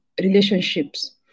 relationships